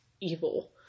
evil